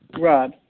Rob